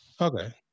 Okay